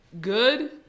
good